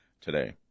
today